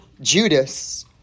Judas